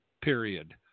period